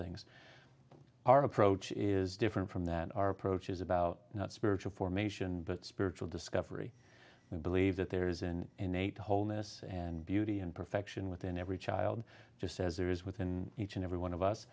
things our approach is different from that our approach is about not spiritual formation but spiritual discovery we believe that there is an innate wholeness and beauty and perfection within every child just as there is within each and every one of us